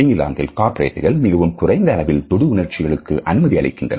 இங்கிலாந்தில் கார்ப்பரேட்டுகள் மிகவும் குறைந்த அளவில் தொடு உணர்ச்சிகளுக்கு அனுமதி அளிக்கின்றனர்